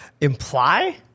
imply